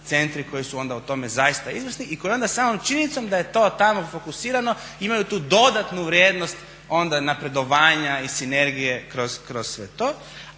centri koji su onda u tome zaista izvrsni i koji onda samom činjenicom da je to tamo fokusirano imaju tu dodanu vrijednost onda napredovanja i sinergije kroz sve to.